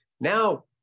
now